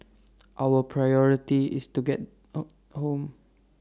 our priority is to get home home